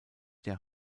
der